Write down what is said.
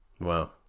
Wow